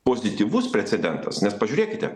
pozityvus precedentas nes pažiūrėkite